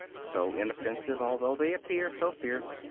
so inoffensive although they appear so fierce,